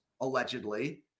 allegedly